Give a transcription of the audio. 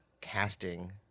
casting